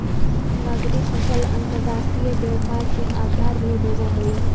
नगदी फसल अंतर्राष्ट्रीय व्यापार के आधार भी होवऽ हइ